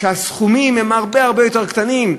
שם הסכומים הם הרבה הרבה יותר קטנים,